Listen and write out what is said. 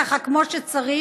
ככה כמו שצריך.